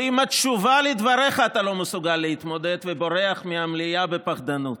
ועם התשובה על דבריך אתה לא מסוגל להתמודד ובורח מהמליאה בפחדנות.